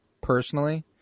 personally